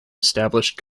established